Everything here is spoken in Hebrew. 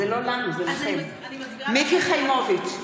(קוראת בשמות חברי הכנסת) מיקי חיימוביץ'